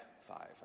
five